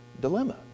dilemma